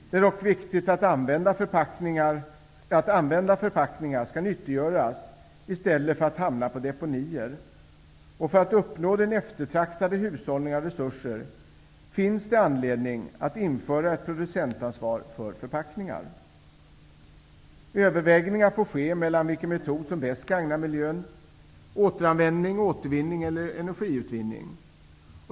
Det är dock viktigt att använda förpackningar skall nyttiggöras i stället för att hamna på deponier. För att uppnå den eftertraktade hushållningen av resurser, finns det anledning att införa ett producentansvar för förpackningar. Övervägningar får ske mellan vilken metod som bäst gagnar miljön -- återanvändning, återvinning eller energiutvinning.